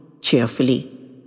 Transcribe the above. cheerfully